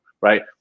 right